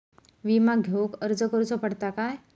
विमा घेउक अर्ज करुचो पडता काय?